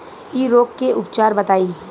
इ रोग के उपचार बताई?